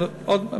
תודה.